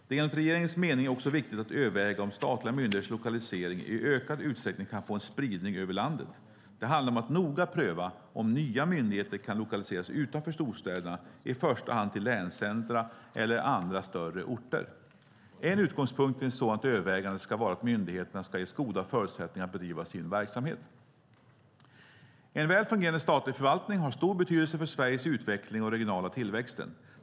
Det är enligt regeringens mening också viktigt att överväga om statliga myndigheters lokalisering i ökad utsträckning kan få en spridning över landet. Det handlar om att noga pröva om nya myndigheter kan lokaliseras utanför storstäderna, i första hand till länscentrum eller andra större orter. En utgångspunkt vid ett sådant övervägande ska vara att myndigheterna ska ges goda förutsättningar att bedriva sin verksamhet. En väl fungerande statlig förvaltning har stor betydelse för Sveriges utveckling och den regionala tillväxten.